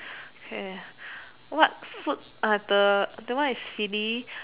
okay what food are the that one is silly